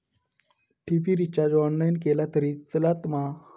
TV recharge online केला तरी चलात मा?